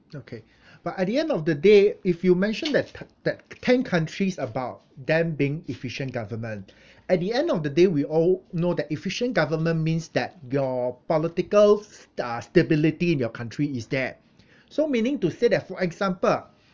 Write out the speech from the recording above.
okay but at the end of the day if you mentioned that th~ that ten countries about them being efficient government at the end of the day we all know that efficient government means that your political sta~ stability in your country is there so meaning to say that for example